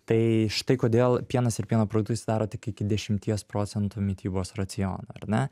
tai štai kodėl pienas ir pieno produktai sudaro tik iki dešimties procentų mitybos raciono ar ne